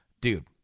Dude